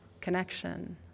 connection